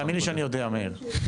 תאמין לי שאני יודע, מאיר.